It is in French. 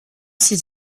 ces